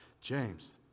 James